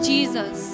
Jesus